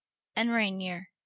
and reigneir,